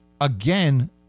again